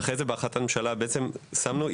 והן בהחלטת הממשלה יש תפריט.